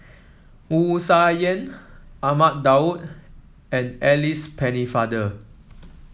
Wu Tsai Yen Ahmad Daud and Alice Pennefather